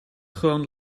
gewoon